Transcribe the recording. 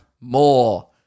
more